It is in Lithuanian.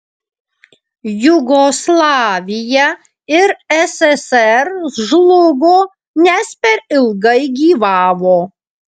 jugoslavija ir sssr žlugo nes per ilgai gyvavo